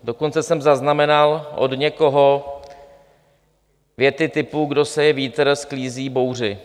Dokonce jsem zaznamenal od někoho věty typu: Kdo seje vítr, sklízí bouři.